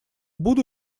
буду